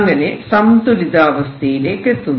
അങ്ങനെ സന്തുലിതാവസ്ഥയിലേക്കെത്തുന്നു